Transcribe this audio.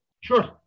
Sure